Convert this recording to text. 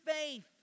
faith